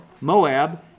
Moab